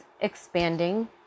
expanding